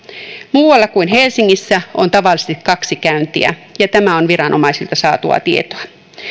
muualla kuin helsingissä on tavallisesti kaksi käyntiä ja tämä on viranomaisilta saatua tietoa